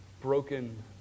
broken